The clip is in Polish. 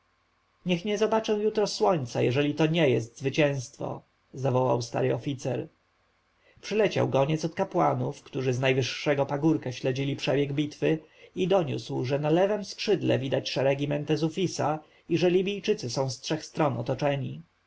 niech nie zobaczę jutro słońca jeżeli to nie jest zwycięstwo zawołał stary oficer przyleciał goniec od kapłanów którzy z najwyższego pagórka śledzili przebieg bitwy i doniósł że na lewem skrzydle widać szeregi mentezufisa i że libijczycy są z trzech stron otoczeni